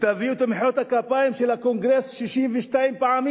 ותביאו את מחיאות הכפיים של הקונגרס 62 פעמים.